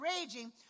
raging